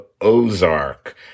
Ozark